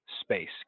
space